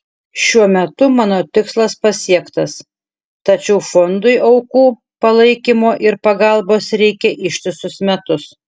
šiuo metu mano tikslas pasiektas tačiau fondui aukų palaikymo ir pagalbos reikia ištisus metus